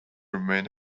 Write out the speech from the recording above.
remain